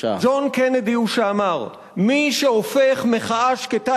ג'ון קנדי הוא שאמר: מי שהופך מחאה שקטה